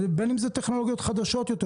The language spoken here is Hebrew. ובין אם זה טכנולוגיות חדשות יותר,